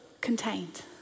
contained